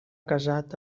casat